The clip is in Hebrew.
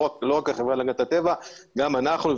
ולא רק החברה להגנת הטבע אלא גם אנחנו,